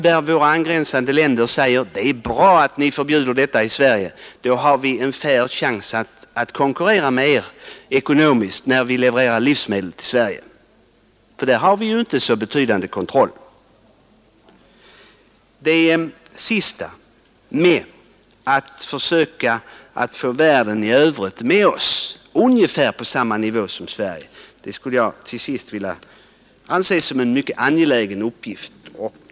Där säger man att det är bra att vi förbjuder sådana preparat i Sverige — då har de en fair chans att konkurrera med oss ekonomiskt när de levererar livsmedel; i det fallet har vi ju inte så sträng kontroll. Att försöka få världen i övrigt på ungefär samma nivå som vi har i Sverige skulle jag vilja anse vara en mycket angelägen uppgift.